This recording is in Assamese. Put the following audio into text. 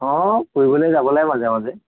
অঁ ফুৰিবলৈ যাব লাগে মাজে মাজে